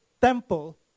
temple